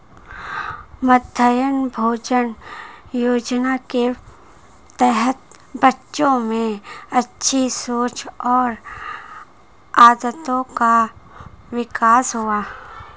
मध्याह्न भोजन योजना के तहत बच्चों में अच्छी सोच और आदतों का विकास हुआ